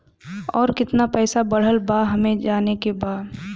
और कितना पैसा बढ़ल बा हमे जाने के बा?